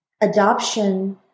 adoption